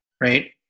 right